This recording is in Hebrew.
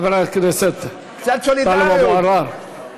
קצת סולידריות, חבר הכנסת טלב אבו עראר.